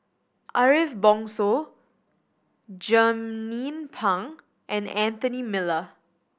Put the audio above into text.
Ariff Bongso Jernnine Pang and Anthony Miller